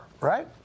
right